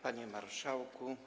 Panie Marszałku!